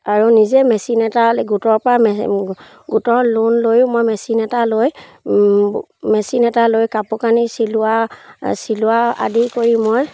আৰু নিজে মেচিন এটা গোটৰ পৰা মে গোটৰ লোন লৈও মই মেচিন এটা লৈ মেচিন এটা লৈ কাপোৰ কানি চিলোৱা চিলোৱা আদি কৰি মই